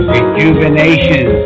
Rejuvenation